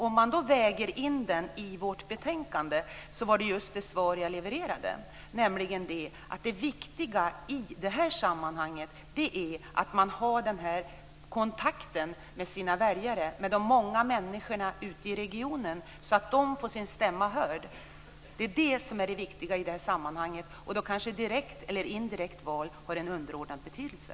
Om man väger in den i vårt betänkande kommer man fram till det svar som jag levererade, nämligen att det viktiga i det här sammanhanget är att man har kontakt med sina väljare, med de många människorna ute i regionen, så att deras stämma blir hörd. Det är det viktiga i det här sammanhanget, och då har kanske frågan om direkt eller indirekt val en underordnad betydelse.